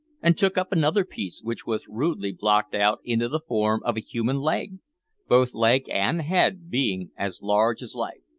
and took up another piece, which was rudely blocked out into the form of a human leg both leg and head being as large as life.